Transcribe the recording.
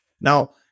Now